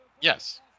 yes